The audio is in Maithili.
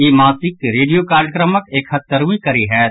ई मासिक रेडियो कार्यक्रमक एकहत्तरवीं कड़ी होयत